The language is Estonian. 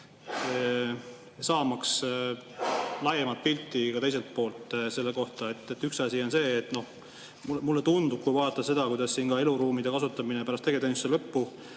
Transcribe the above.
saamaks laiemat pilti ka teiselt poolt. Üks asi on see, et mulle tundub, kui vaadata seda, kuidas ka eluruumide kasutamine pärast tegevteenistuse lõppu